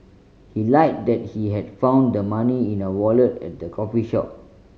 he lied that he had found the money in a wallet at the coffee shop